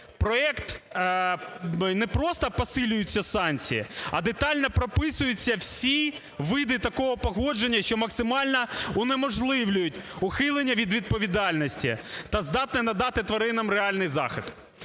Проект не просто посилює ці санкції, а детально прописуються всі види такого поводження, що максимально унеможливлює ухилення від відповідальності та здатний надати тваринам реальний захист.